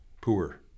poor